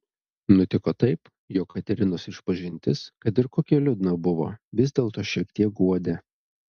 nutiko taip jog katerinos išpažintis kad ir kokia liūdna buvo vis dėlto šiek tiek guodė